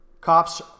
cops